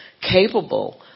capable